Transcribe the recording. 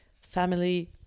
family